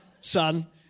son